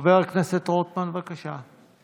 חבר הכנסת רוטמן, בבקשה.